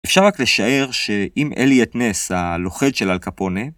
אפשר רק לשאר שאם אליוט נס, הלוכד של אל קפונה...